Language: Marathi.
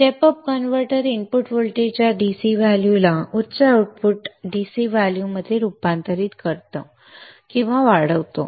step up converter input voltage DC व्हॅल्यूला उच्च आउटपुट DC व्हॅल्यूमध्ये रूपांतरित करतो किंवा वाढवतो